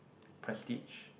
Prestige